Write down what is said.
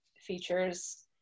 features